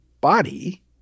body